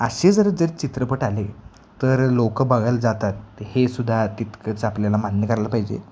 असे जर जर चित्रपट आले तर लोकं बघायला जातात हे सुद्धा तितकंच आपल्याला मान्य करायला पाहिजे